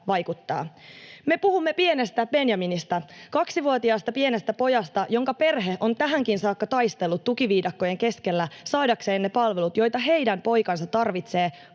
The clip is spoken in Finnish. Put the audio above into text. Me puhumme pienestä Benjaminista, kaksivuotiaasta pienestä pojasta, jonka perhe on tähänkin saakka taistellut tukiviidakkojen keskellä saadakseen ne palvelut, joita heidän poikansa tarvitsee